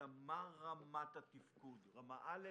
אלא מה רמת התפקוד רמה א',